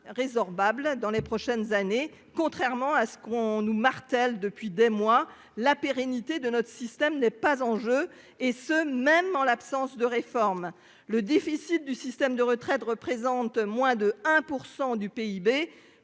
Résorbable dans les prochaines années, contrairement à ce qu'on nous martèle depuis des mois la pérennité de notre système n'est pas en jeu et ce, même en l'absence de réforme. Le déficit du système de retraite représentent moins de 1% du PIB.